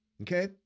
Okay